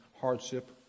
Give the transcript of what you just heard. hardship